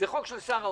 זה חוק של שר האוצר,